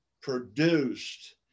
produced